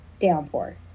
downpour